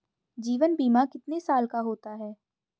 जीवन बीमा कितने साल का होता है?